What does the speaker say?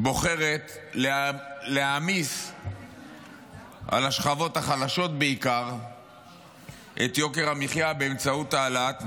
בוחרת להעמיס בעיקר על השכבות החלשות את יוקר המחיה באמצעות העלאת מע"מ.